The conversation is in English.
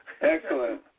excellent